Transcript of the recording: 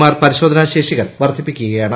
R പരിശോധനാ ശേഷികൾ വർദ്ധിപ്പിക്കുകയാണ്